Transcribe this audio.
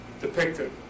depicted